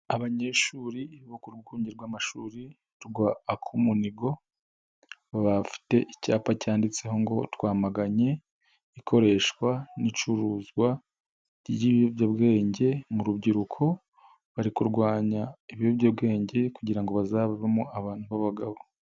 Abanyeshuri bo ku rwunge rw'amashuri rwa Akumunigo bafite icyapa cyanditseho ngo "twamaganye ikoreshwa n'icuruzwa ry'ibiyobyabwenge mu rubyiruko" bari kurwanya ibiyobyabwenge kugira ngo hazavemo abantu b'abagabo.